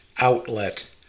outlet